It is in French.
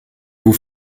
vous